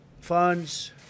funds